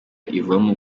ivamo